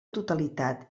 totalitat